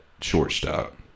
shortstop